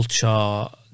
culture